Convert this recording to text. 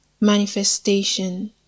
Manifestation